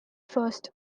first